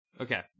Okay